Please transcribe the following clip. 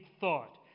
thought